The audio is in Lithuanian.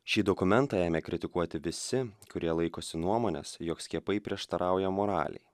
šį dokumentą ėmė kritikuoti visi kurie laikosi nuomonės jog skiepai prieštarauja moralei